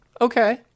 Okay